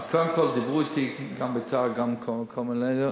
קודם כול, דיברו אתי גם על ביתר, גם על כל מיני.